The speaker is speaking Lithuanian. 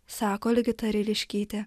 sako ligita ryliškytė